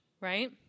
Right